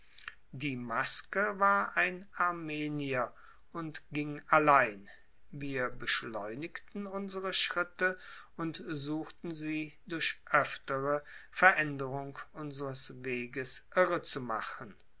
die maske war ein armenier und ging allein wir beschleunigten unsere schritte und suchten sie durch öftere veränderung unseres weges irre zu machen